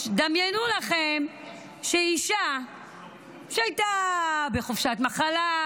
דמיינו לכם שאישה שהייתה בחופשת מחלה,